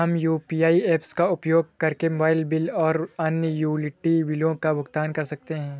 हम UPI apps का उपयोग करके मोबाइल बिल और अन्य यूटिलिटी बिलों का भुगतान कर सकते हैं